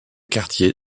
quartier